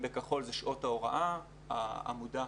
כאן אנחנו יכולים לראות שלצד זה שהמשרה המוגדרת,